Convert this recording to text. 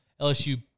LSU